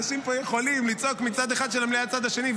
אנשים פה יכולים לצעוק מצד אחד של המליאה לצד השני,